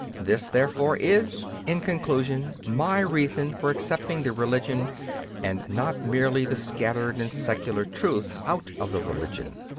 this, therefore, is, in conclusion, my reason for accepting the religion and not merely the scattered and secular truths out of the religion.